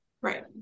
Right